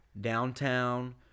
downtown